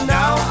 now